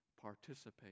participate